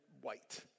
white